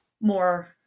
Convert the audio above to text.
more